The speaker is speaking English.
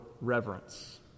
reverence